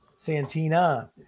santina